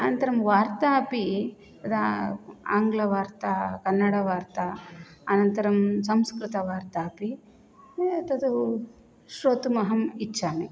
अनन्तरं वार्ता अपि आङ्ग्लवार्ता कन्नडवार्ता अनन्तरं संस्कृतवार्ता अपि तत् श्रोतुम् अहम् इच्छामि